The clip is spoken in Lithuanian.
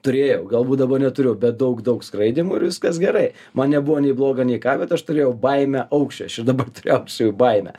turėjau galbūt dabar neturiu bet daug daug skraidymų ir viskas gerai man nebuvo nei bloga nei ką bet aš turėjau baimę aukščiui aš ir dabar turiu aukščiui baimę